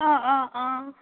অঁ অঁ অঁ